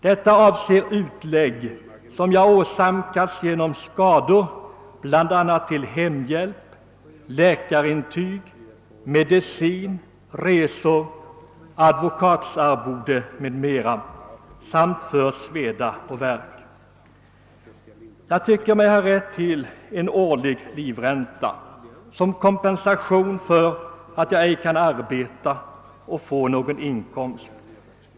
Detta avser utlägg som jag åsamkats genom skadan, bl.a. till hemhjälp, läkarintyg, medicin, resor, advokatsarvode m.m., samt för sveda och värk. Men jag tycker mig ha rätt till en årlig livränta, som kompensation för att jag ej kan arbeta, och få någon inkomst.